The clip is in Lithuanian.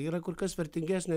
yra kur kas vertingesnė